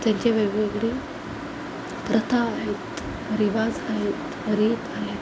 त्यांचे वेगवेगळी प्रथा आहेत रिवाज आहेत रीत आहे